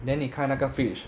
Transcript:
then 你开那个 fridge